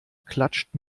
klatscht